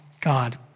God